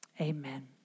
amen